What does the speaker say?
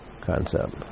concept